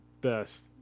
best